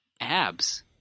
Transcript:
abs